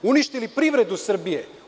Uništili ste privredu Srbije.